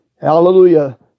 Hallelujah